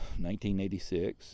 1986